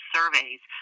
surveys